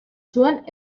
zuen